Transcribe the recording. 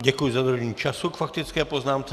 Děkuji za dodržení času k faktické poznámce.